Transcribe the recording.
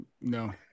no